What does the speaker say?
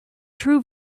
true